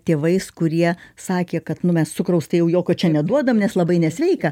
tėvais kurie sakė kad nu mes cukraus tai jau jokio čia neduodam nes labai nesveika